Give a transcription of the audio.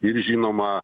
ir žinoma